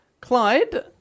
Clyde